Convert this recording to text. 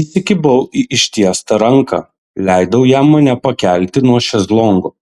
įsikibau į ištiestą ranką leidau jam mane pakelti nuo šezlongo